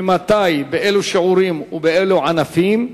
ממתי, באילו שיעורים ובאילו ענפים?